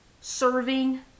serving